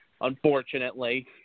unfortunately